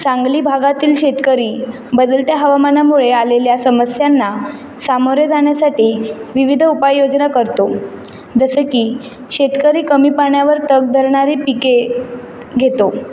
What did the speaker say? सांगली भागातील शेतकरी बदलत्या हवामानामुळे आलेल्या समस्यांना सामोरे जाण्यासाठी विविध उपाययोजना करतो जसं की शेतकरी कमी पाण्यावर तग धरणारे पिके घेतो